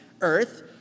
earth